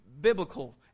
biblical